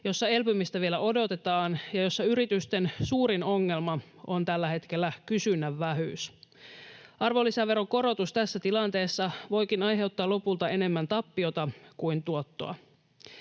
jossa elpymistä vielä odotetaan ja jossa yritysten suurin ongelma on tällä hetkellä kysynnän vähyys. Arvonlisäveron korotus tässä tilanteessa voikin aiheuttaa lopulta enemmän tappiota kuin tuottoa.